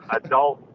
adult